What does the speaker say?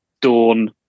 Dawn